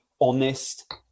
honest